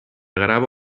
grava